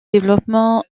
développement